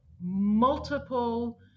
multiple